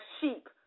sheep